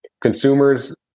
Consumers